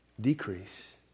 decrease